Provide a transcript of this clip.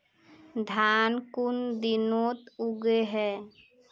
धान कुन दिनोत उगैहे